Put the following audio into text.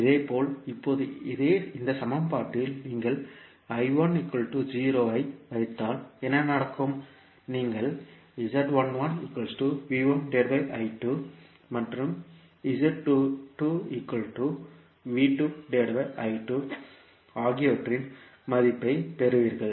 இதேபோல் இப்போது இந்த சமன்பாட்டில் நீங்கள் ஐ வைத்தால் என்ன நடக்கும் நீங்கள் மற்றும்ஆகியவற்றின் மதிப்பைப் பெறுவீர்கள்